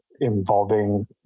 involving